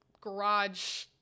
garage